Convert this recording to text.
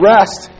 Rest